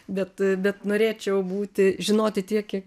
bet bet norėčiau būti žinoti tiek kiek